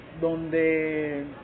donde